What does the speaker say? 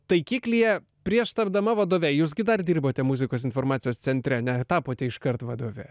taikiklyje prieš tapdama vadove jūs gi dar dirbote muzikos informacijos centre netapote iškart vadove